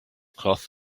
cloth